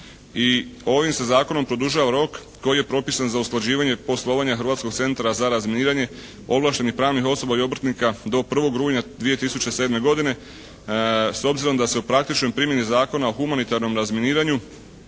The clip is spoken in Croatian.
I ovim se zakonom produžava rok koji je propisan za usklađivanje poslovanja Hrvatskog centra za razminiranje, ovlaštenih pravnih osoba i obrtnika do 1. rujna 2007. godine, s obzirom da se u praktičnoj primjeni Zakona o humanitarnom razminiranju